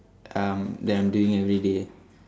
um that I'm doing everyday